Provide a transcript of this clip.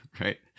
right